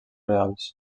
reals